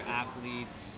athletes